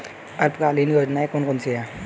अल्पकालीन योजनाएं कौन कौन सी हैं?